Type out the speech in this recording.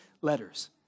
letters